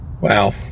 Wow